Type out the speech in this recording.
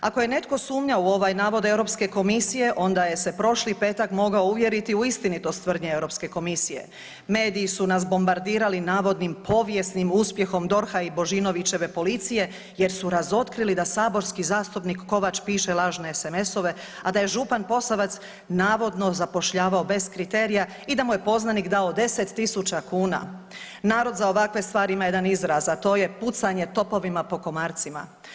Ako je netko sumnjao u ove navode Europske komisije, onda se prošli petak mogao uvjeriti u istinitost tvrdnje Europske komisije, mediji su nas bombardirali navodnim povijesnim uspjehom DORH-a i Božinovićeve policije jer su razotkrili da saborski zastupnik Kovač piše lažne SMS-ove a da je župan Posavec navodno zapošljavao bez kriterija i da mu je poznanik dao 10 000 kuna. nartod za ovakve stvari ima jedan izraz a to je „pucanje topovima po komarcima“